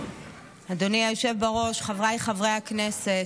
אדוני היושב בראש, חבריי חברי הכנסת,